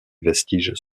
vestiges